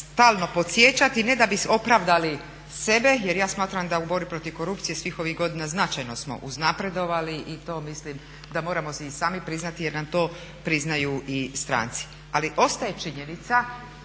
stalno podsjećati ne da bi opravdali sebe jer ja smatram da u borbi protiv korupcije svih ovih godina značajno smo uznapredovali i to mislim da moramo i sami priznati jer nam to priznaju i stranci. Ali ostaje činjenica,